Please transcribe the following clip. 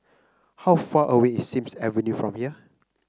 how far away is Sims Avenue from here